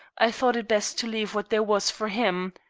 i thought it best to leave what there was for him.